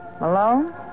Malone